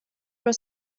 were